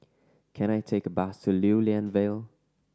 can I take a bus to Lew Lian Vale